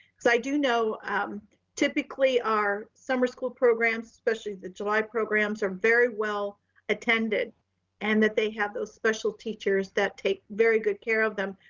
cause i do know typically our summer school programs, especially the july programs are very well attended and that they have those special teachers that take very good care of them.